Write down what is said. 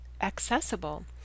accessible